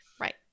right